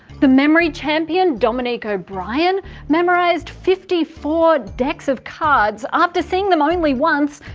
the memory champion dominic o'brien memorised fifty four decks of cards after seeing them only once,